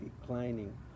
declining